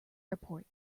airport